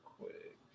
quick